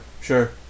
sure